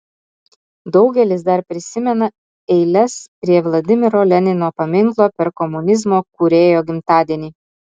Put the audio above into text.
daugelis dar prisimena eiles prie vladimiro lenino paminklo per komunizmo kūrėjo gimtadienį